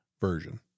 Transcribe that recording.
version